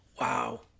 Wow